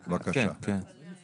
רבותיי, אני בא